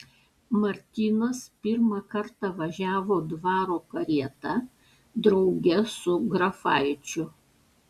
martynas pirmą kartą važiavo dvaro karieta drauge su grafaičiu